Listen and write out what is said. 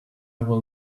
will